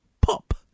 pop